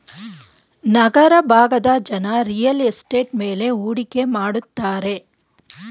ನಗರ ಭಾಗದ ಜನ real estate ಮೇಲೆ ಹೂಡಿಕೆ ಮಾಡುತ್ತಾರೆ